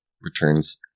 returns